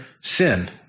sin